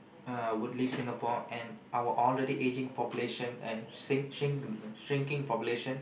uh would leave Singapore and our already aging population and shrink~ shrinking population